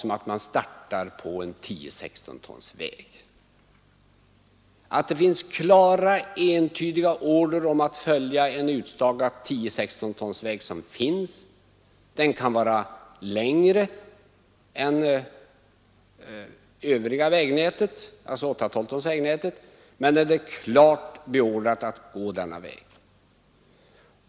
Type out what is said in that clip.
Antag att man startar på en 10 16 tons väg, även om den är längre än vägarna för 8/12 ton.